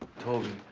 toby.